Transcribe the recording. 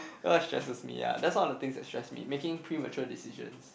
oh that stresses me ah that's one of the things that stress me making premature decisions